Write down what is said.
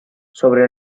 sobre